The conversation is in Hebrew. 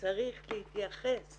צריך להתייחס